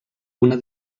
una